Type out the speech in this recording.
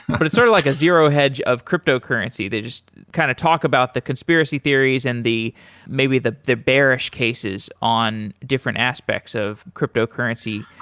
but it's sort of like a zero hedge of cryptocurrency. they just kind of talk about the conspiracy theories and maybe the the bearish cases on different aspects of cryptocurrency.